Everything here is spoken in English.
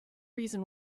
reason